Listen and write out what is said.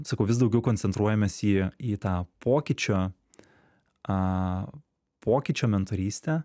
sakau vis daugiau koncentruojamės į į tą pokyčio pokyčio mentorystę